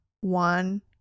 one